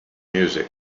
music